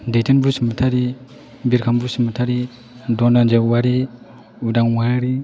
Daithon Basumatary Birkhang Basumatary Dhananjay Owary Udang Owary